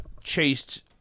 chased